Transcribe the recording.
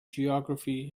geography